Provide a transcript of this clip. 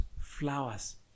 flowers